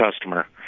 customer